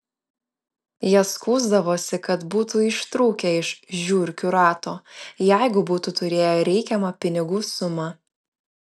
jie skųsdavosi kad būtų ištrūkę iš žiurkių rato jeigu būtų turėję reikiamą pinigų sumą